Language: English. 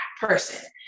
person